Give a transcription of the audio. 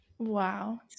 Wow